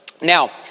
Now